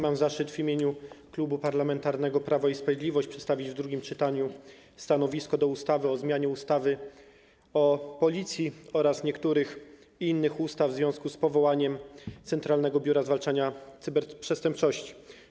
Mam zaszczyt w imieniu Klubu Parlamentarnego Prawo i Sprawiedliwość przedstawić w drugim czytaniu stanowisko wobec ustawy o zmianie ustawy o Policji oraz niektórych innych ustaw w związku z powołaniem Centralnego Biura Zwalczania Cyberprzestępczości.